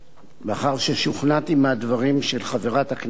לאחר ששוכנעתי מהדברים של חברת הכנסת